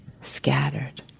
scattered